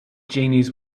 genies